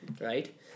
right